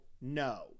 No